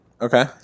Okay